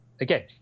again